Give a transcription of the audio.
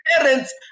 Parents